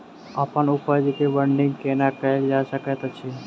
अप्पन उपज केँ ब्रांडिंग केना कैल जा सकैत अछि?